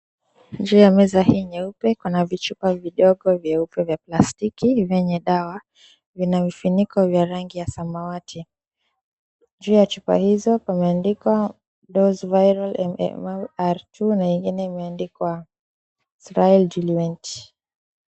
Juu ya meza hii nyeupe kuna vichupa vidogo vyeupe vya plastiki vyenye dawa vina vifuniko vya rangi ya samawati. Juu ya chupa hizo pameandikwa Dose Viral MMR2 na ingine imeandikwa Srail Julienti.